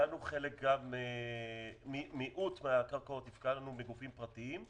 הפקענו מיעוט מן הקרקעות גם מגופים פרטיים.